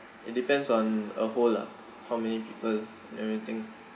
it depends on a whole lah how many people everything